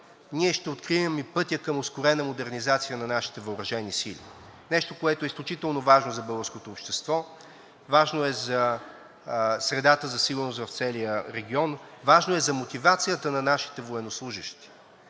ние ще открием и пътя към ускорена модернизация на нашите въоръжени сили – нещо, което е изключително важно за българското общество. Важно е за средата за сигурност в целия регион, важно е за мотивацията на нашите военнослужещи.